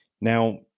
Now